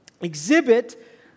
exhibit